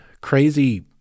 crazy